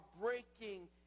breaking